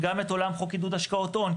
גם את עולם חוק עידוד השקעות הון,